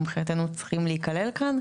מבחינתנו צריכים להיכלל פה.